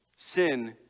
Sin